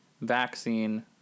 vaccine